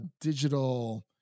digital